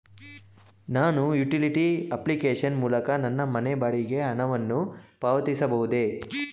ನಾನು utility application ಮೂಲಕ ನನ್ನ ಮನೆ ಬಾಡಿಗೆ ಹಣವನ್ನು ಪಾವತಿಸಬಹುದೇ?